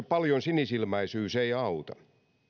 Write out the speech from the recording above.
paljon sinisilmäisyys ei auta